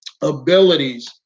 abilities